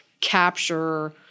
capture